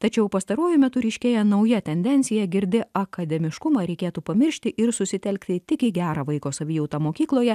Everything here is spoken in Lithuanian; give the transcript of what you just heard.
tačiau pastaruoju metu ryškėja nauja tendencija girdi akademiškumą reikėtų pamiršti ir susitelkti tik į gerą vaiko savijautą mokykloje